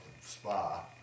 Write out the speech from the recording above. spa